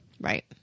Right